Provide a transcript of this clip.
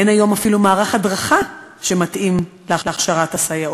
אין היום אפילו מערך הדרכה מתאים להכשרת הסייעות,